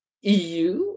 EU